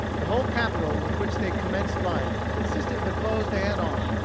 the whole capital with which they commenced life consisted of the clothes they had on,